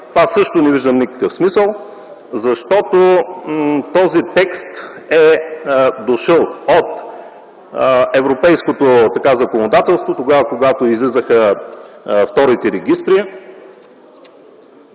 това също не виждам никакъв смисъл, защото този текст е дошъл от европейското законодателство, когато излизаха вторите регистри.